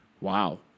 Wow